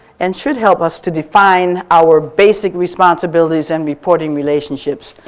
and should help us to define our basic responsibilities and reporting relationships.